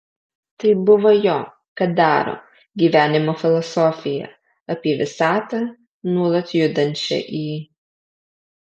tai buvo jo kadaro gyvenimo filosofija apie visatą nuolat judančią į